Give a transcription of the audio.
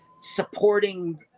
supporting